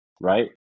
right